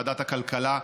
ועדת הכלכלה,